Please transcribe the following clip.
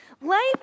Life